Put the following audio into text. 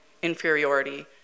inferiority